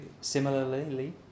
similarly